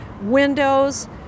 windows